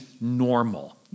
normal